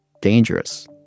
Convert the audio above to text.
dangerous